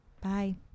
Bye